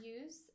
use